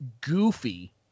goofy